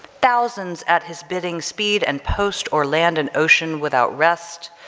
thousands at his bidding speed and post or land an ocean without rest,